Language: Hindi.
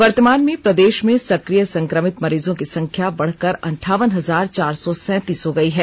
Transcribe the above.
वर्तमान में प्रदेष में सकिय संक्रमित मरीजों की संख्या बढ़कर अंठावन हजार चार सौ सैतीस हो गई है